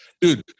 Dude